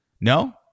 No